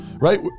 Right